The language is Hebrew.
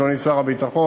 אדוני שר הביטחון,